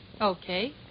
Okay